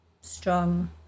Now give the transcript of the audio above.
strong